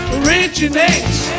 originates